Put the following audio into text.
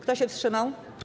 Kto się wstrzymał?